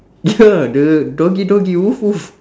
ya the doggy doggy woof woof